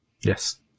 Yes